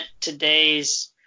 today's